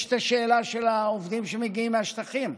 יש השאלה של העובדים שמגיעים מהשטחים,